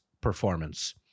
performance